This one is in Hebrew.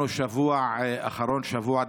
השבוע האחרון היה שבוע דמים.